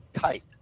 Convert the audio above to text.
tight